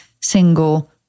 single